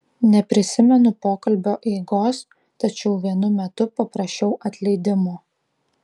neprisimenu pokalbio eigos tačiau vienu metu paprašiau atleidimo